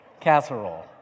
Casserole